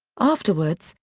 afterwards,